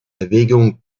erwägung